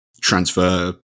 transfer